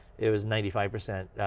it was ninety five percent